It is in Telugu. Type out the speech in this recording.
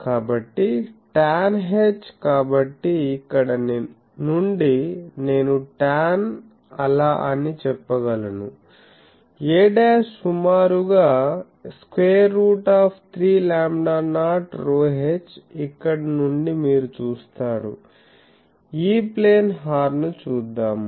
కాబట్టి టాన్ h కాబట్టి ఇక్కడ నుండి నేను టాన్ అలా అని చెప్పగలను a సుమారుగా square root of 3 lambda naught ρh ఇక్కడ నుండి మీరు చూస్తారు E ప్లేన్ హార్న్ ను చూద్దాము